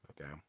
Okay